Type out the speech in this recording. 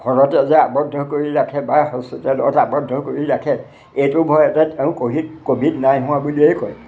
ঘৰতে যে আৱদ্ধ কৰি ৰাখে বা হস্পিটেলত আৱদ্ধ কৰি ৰাখে এইটো ভয়তে তেওঁ ক'ভিড ক'ভিড নাই হোৱা বুলিয়েই কয়